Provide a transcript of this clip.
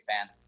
fan